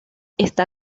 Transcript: está